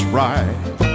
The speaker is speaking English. right